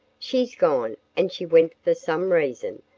she's gone, and she went for some reason,